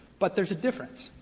but there's a difference.